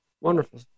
wonderful